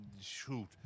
Shoot